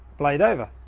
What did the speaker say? blade over.